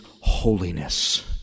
holiness